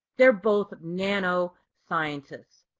they're both nano scientists.